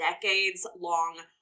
decades-long